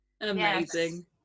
Amazing